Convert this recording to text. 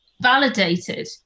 validated